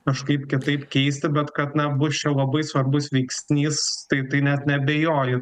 kažkaip kitaip keisti bet kad na bus čia labai svarbus veiksnys tai tai net neabejoju